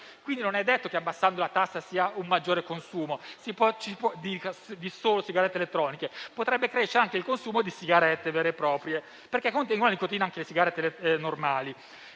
Quindi non è detto che abbassando la tassa si abbia un maggiore consumo di sigarette elettroniche; potrebbe crescere anche il consumo di sigarette vere e proprie, perché contengono nicotina anche le sigarette normali.